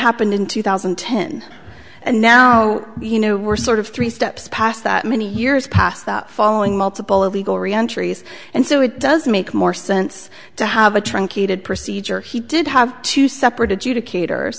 happened in two thousand and ten and now you know we're sort of three steps past that many years past following multiple illegal reentries and so it does make more sense to have a truncated procedure he did have two separate adjudicators